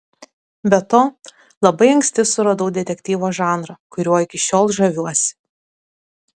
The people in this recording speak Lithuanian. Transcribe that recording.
be to labai anksti suradau detektyvo žanrą kuriuo iki šiol žaviuosi